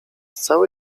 cały